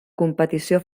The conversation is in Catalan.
competició